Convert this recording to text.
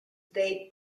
dave